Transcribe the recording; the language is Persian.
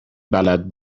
بلد